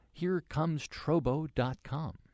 HereComesTrobo.com